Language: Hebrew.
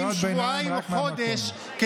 שבועיים או חודש,